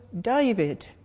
David